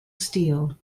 steel